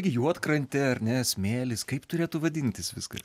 irgi juodkrantė ar ne smėlis kaip turėtų vadintis viskas